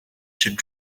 should